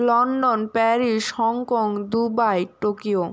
London Paris Hong Kong Dubai Tokyo